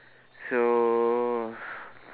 so